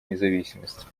независимость